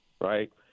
right